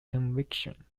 conviction